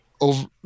over